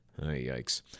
Yikes